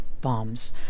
bombs